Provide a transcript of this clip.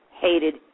hated